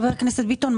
חבר הכנסת ביטון,